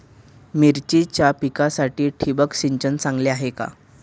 मिरचीच्या पिकासाठी ठिबक सिंचन चांगले आहे का?